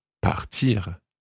partir